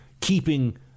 keeping